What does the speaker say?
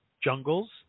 jungles